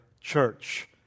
church